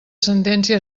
sentència